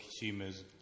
consumers